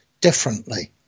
differently